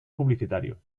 publicitarios